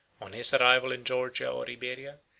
on his arrival in georgia or iberia,